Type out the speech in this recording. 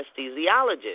anesthesiologist